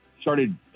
started